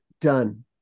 done